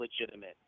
legitimate